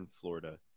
Florida